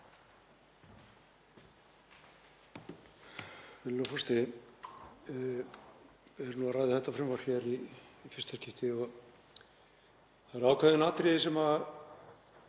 Það eru ákveðin atriði sem